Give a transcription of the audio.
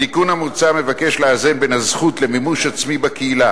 התיקון המוצע מבקש לאזן בין הזכות למימוש עצמי בקהילה,